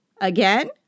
Again